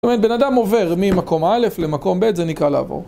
זאת אומרת, בן אדם עובר ממקום א' למקום ב', זה נקרא לעבור.